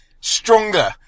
stronger